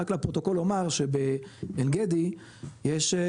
רק לפרוטוקול אומר שבעין גדי יש,